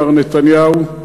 מר נתניהו,